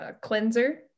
cleanser